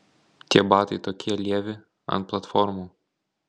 tie batai tokie lievi ant platformų